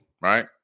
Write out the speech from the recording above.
right